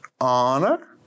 honor